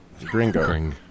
Gringo